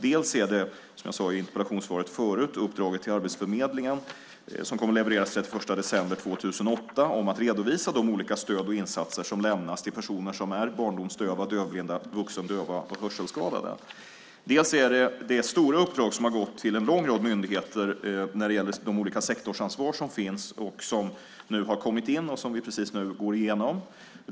Det är, som jag sade i interpellationssvaret förut, uppdraget till Arbetsförmedlingen, som kommer att levereras den 31 december 2008, om att redovisa de olika stöd och insatser som lämnas till personer som är barndomsdöva, dövblinda, vuxendöva och hörselskadade. Det är också det stora uppdrag som har gått till en lång rad myndigheter när det gäller de olika sektorsansvar som finns, som nu har kommit in och som vi precis nu går igenom.